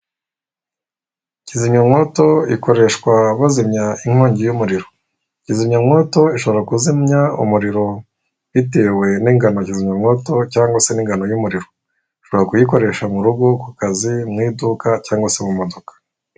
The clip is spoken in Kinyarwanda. Kizimyamwoto ikoreshwa bazimya inkongi y'umuriro. Kizimyamwoto ishobora kuzimya umuriro bitewe n'ingano kizimyamowoto cyangwa se n'ingano y'umuriro. Ushobora kuyikoresha mu rugo, ku kazi, mu iduka cyangwa se mu modoka.